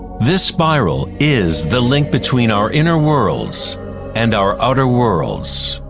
this spiral is the link between our inner worlds and our outer worlds.